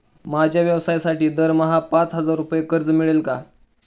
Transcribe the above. माझ्या व्यवसायासाठी दरमहा पाच हजार रुपये कर्ज मिळेल का?